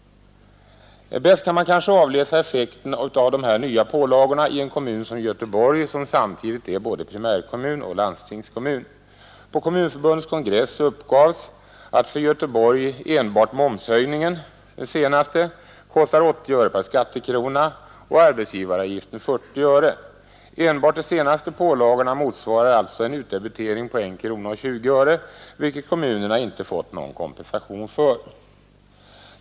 Bäst kan man kanske avläsa effekten av de nya pålagorna i en kommun som Göteborg, som samtidigt är både primärkommun och landstingskommun. På Kommunförbundets kongress uppgavs att för Göteborg enbart den senaste momshöjningen kostar 80 öre per skattekrona och arbetsgivaravgiften 40 öre. Enbart de senaste pålagorna motsvarar alltså en utdebitering på 1:20, vilket kommunerna inte fått någon kompensation för.